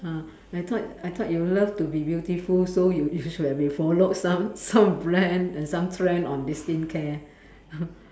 ha I thought I thought you love to be beautiful so you used where we followed some some brand and some trend on this skincare